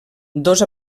dos